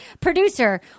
Producer